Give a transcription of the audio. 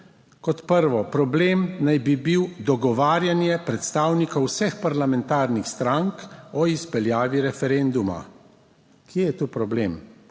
Kot prvo, problem naj bi bil dogovarjanje predstavnikov vseh parlamentarnih strank o izpeljavi referenduma. Kje je tu problem?